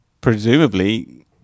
presumably